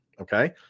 Okay